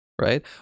right